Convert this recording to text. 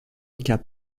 cas